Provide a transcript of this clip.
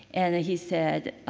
and he said,